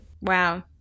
Wow